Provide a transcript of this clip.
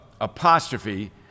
apostrophe